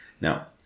Now